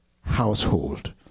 household